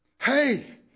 hey